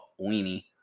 Weenie